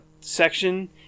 section